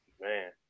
Man